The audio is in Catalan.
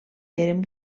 eren